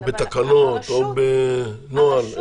בתקנות או בנוהל.